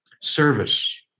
service